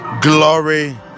glory